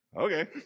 Okay